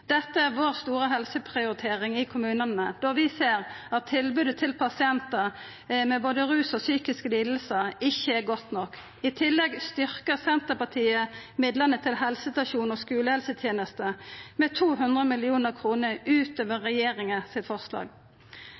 Dette er vår store helseprioritering i kommunane, då vi ser at tilbodet til pasientar med både ruslidingar og psykiske lidingar ikkje er godt nok. I tillegg styrkjer Senterpartiet midlane til helsestasjon og skulehelseteneste med 200 mill. kr utover regjeringa sitt forslag.